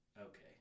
okay